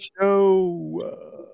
show